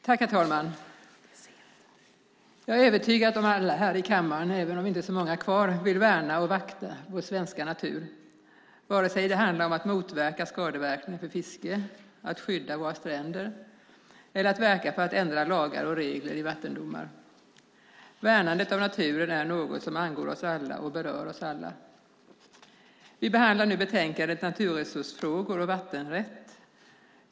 Herr talman! Jag är övertygad om att alla här i kammaren - även om det inte är så många kvar - vill värna och vakta vår svenska natur, vare sig det handlar om att motverka skadeverkningar för fiske, att skydda våra stränder eller att verka för att ändra lagar och regler för vattendomar. Värnandet av naturen är något som angår oss alla och berör oss alla. Vi behandlar nu betänkandet Naturresursfrågor och vattenrätt .